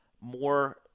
more